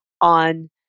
on